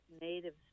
native